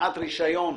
לקיחת רישיון?